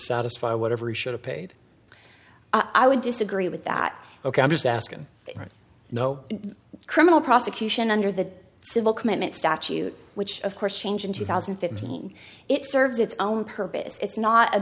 satisfy whatever he should've paid i would disagree with that ok i'm just asking right no criminal prosecution under the civil commitment statute which of course changed in two thousand and fifteen it serves its own purpose it's not a